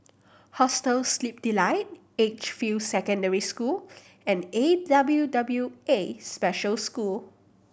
Hostel Sleep Delight Edgefield Secondary School and A W W A Special School